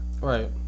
Right